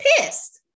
Pissed